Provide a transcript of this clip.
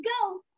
go